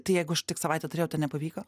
tai jeigu aš tik savaitę turėjau tai nepavyko